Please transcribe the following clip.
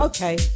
Okay